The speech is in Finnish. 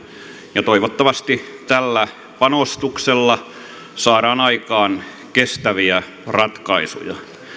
ja toivottavasti tällä panostuksella saadaan aikaan kestäviä ratkaisuja